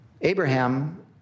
Abraham